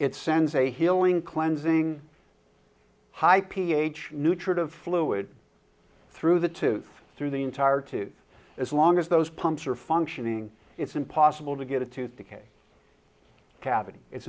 it sends a healing cleansing high ph nutritive fluid through the tooth through the entire two as long as those pumps are functioning it's impossible to get a tooth decay cavity it's